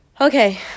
okay